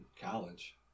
college